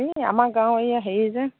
এই আমাৰ গাঁৱৰ এইয়া হেৰি যে